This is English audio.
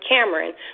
Cameron